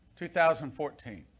2014